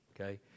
okay